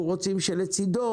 אנחנו רוצים שלצידו,